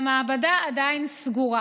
והמעבדה עדיין סגורה.